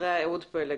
ואחריה אהוד פלג.